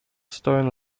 stone